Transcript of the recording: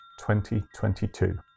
2022